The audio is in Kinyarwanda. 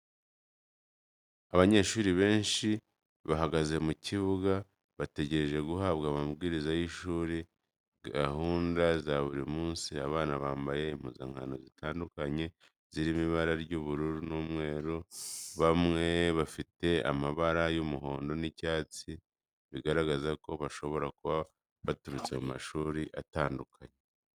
Abanyeshuri benshi bahagaze mu kibuga bategereje guhabwa amabwiriza y'ishuri. Gusuzuma isuku, imyambarire, cyangwa gahunda za buri munsi. Abana bambaye impuzankano zitandukanye zirimo ibara ry’ubururu n’umweru, bamwe bafite amabara y'umuhondo n'ay'icyatsi, bigaragaza ko bashobora kuba baturutse mu mashuri atandukanye.